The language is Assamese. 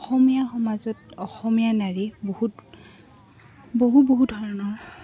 অসমীয়া সমাজত অসমীয়া নাৰীয়ে বহুত বহু বহু ধৰণৰ